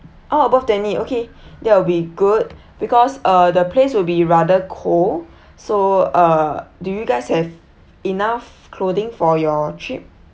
all above twenty okay that will be good because uh the place will be rather cold so uh do you guys have enough clothing for your trip